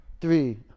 three